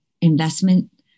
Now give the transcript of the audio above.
investment